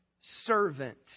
servant